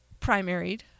primaried